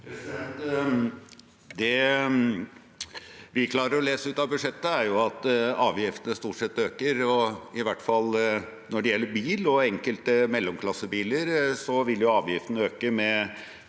Det vi klarer å lese ut av budsjettet, er at avgiftene stort sett øker, og i hvert fall når det gjelder bil. For enkelte mellomklassebiler vil avgiften øke med